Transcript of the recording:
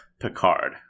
Picard